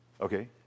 Okay